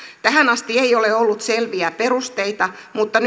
tähän asti ei ole ollut selviä perusteita mutta